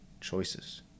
choices